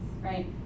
right